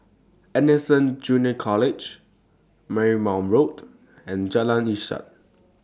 Anderson Junior College Marymount Road and Jalan Ishak